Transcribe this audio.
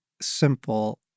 simple